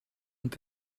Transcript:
ont